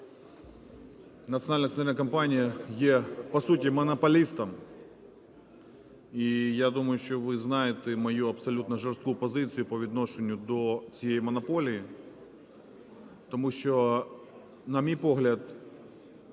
Національна акціонерна компанія є по суті монополістом, і я думаю, що ви знаєте мою абсолютно жорстку позицію по відношенню до цієї монополії. Тому що, на мій погляд,